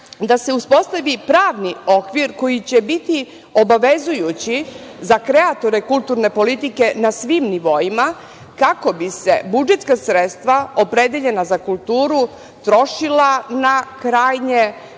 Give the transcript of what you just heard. da se uspostavi pravni okvir koji će biti obavezujući za kreatore kulturne politike na svim nivoima, kako bi se budžetska sredstva opredeljena za kulturu trošila na krajnje